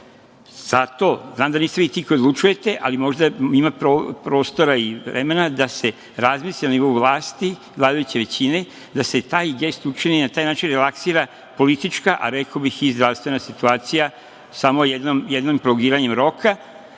državi. Znam da niste vi ti koji odlučujete, ali možda ima prostora i vremena da se razmisli na nivou vlasti i vladajuće većine da se taj gest učini i na taj način relaksira politička, a rekao bih i zdravstvena situacija, samo jednim prolongiranjem roka.